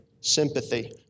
sympathy